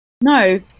No